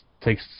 takes